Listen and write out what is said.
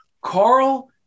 Carl